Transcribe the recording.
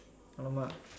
!alamak!